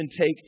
take